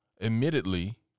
admittedly